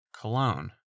cologne